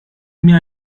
mir